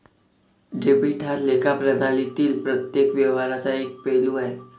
debit हा लेखा प्रणालीतील प्रत्येक व्यवहाराचा एक पैलू आहे